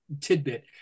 tidbit